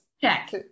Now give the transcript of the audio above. Check